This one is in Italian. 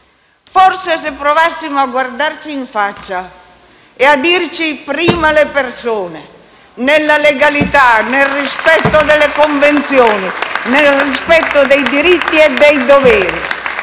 Forse, se provassimo a guardarci in faccia e a dirci «prima le persone», nella legalità e nel rispetto delle convenzioni, nel rispetto dei diritti e dei doveri,